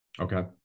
okay